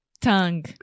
Tongue